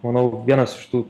manau vienas iš tų